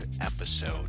episode